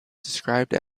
described